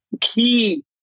key